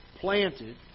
planted